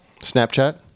Snapchat